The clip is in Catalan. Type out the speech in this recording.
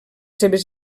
seves